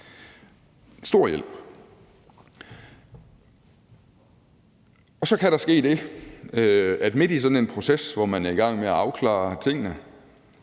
stor hjælp. Så kan der ske det, at midt i sådan en proces, hvor man er i gang med at afklare tingene,